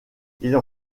ils